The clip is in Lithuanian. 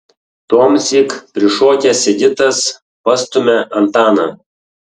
tuomsyk prišokęs sigitas pastumia antaną